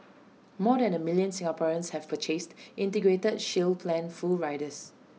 more than A million Singaporeans have purchased integrated shield plan full riders